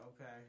Okay